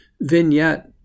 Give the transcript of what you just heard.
vignette